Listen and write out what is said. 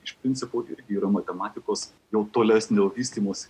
iš principo irgi yra matematikos jau tolesnio vystymosi